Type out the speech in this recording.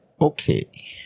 Okay